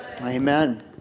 Amen